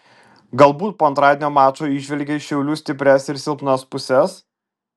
galbūt po antradienio mačo įžvelgei šiaulių stiprias ar silpnas puses